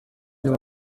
niba